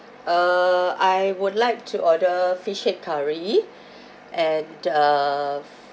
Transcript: uh I would like to order fish head curry and uh